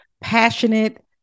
passionate